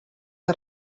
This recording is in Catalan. que